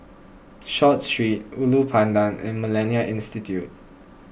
Short Street Ulu Pandan and Millennia Institute